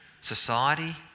society